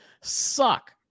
suck